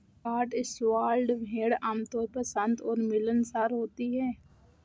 Cotswold भेड़ आमतौर पर शांत और मिलनसार होती हैं